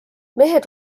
mehed